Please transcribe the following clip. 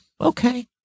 Okay